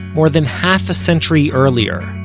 more than half a century earlier,